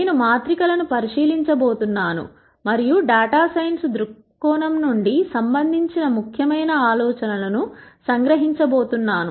నేను మాత్రికలను పరిశీలించబోతున్నాను మరియు డేటా సైన్స్ దృక్కోణం నుండి సంబంధించిన ముఖ్యమైన ఆలోచనలను సంగ్రహించబోతున్నాను